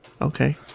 Okay